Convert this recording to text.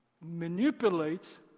manipulates